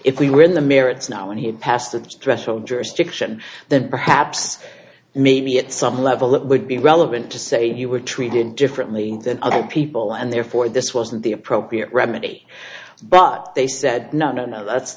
if we were in the merits now and he had passed that threshold jurisdiction that perhaps maybe at some level that would be relevant to say you were treated differently than other people and therefore this wasn't the appropriate remedy but they said no no no that's